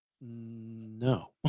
no